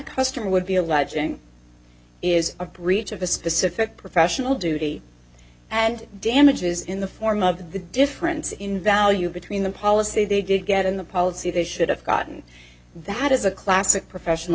customer would be alleging is a breach of a specific professional duty and damages in the form of the difference in value between the policy they did get in the policy they should have gotten that is a classic professional